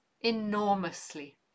enormously